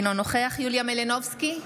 אינו נוכח יוליה מלינובסקי,